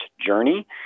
journey